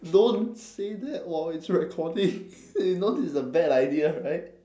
don't say that while it's recording you know this is a bad idea right